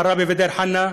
עראבה ודיר-חנא,